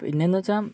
പിന്നെയെന്നു വച്ചാൽ